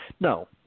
No